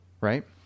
right